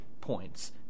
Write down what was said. points –